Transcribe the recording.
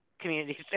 community